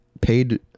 paid